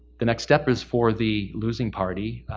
the next step is for the losing party,